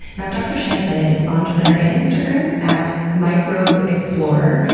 you know dr. shannon bennett is on twitter and instagram at microbeexplorer.